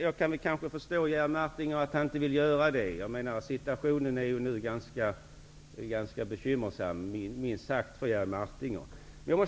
Herr talman! Jag kan förstå att Jerry Martinger inte vill debattera detta eftersom situationen är minst sagt ganska bekymmersam för Jerry Martinger.